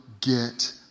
get